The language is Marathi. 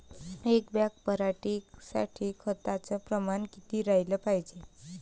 एक बॅग पराटी साठी खताचं प्रमान किती राहाले पायजे?